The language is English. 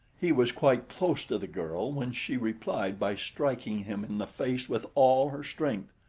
he was quite close to the girl when she replied by striking him in the face with all her strength.